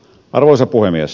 arvoisa puhemies